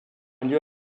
lieu